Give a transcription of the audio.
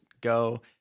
go